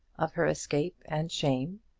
of her escape and shame,